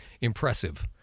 impressive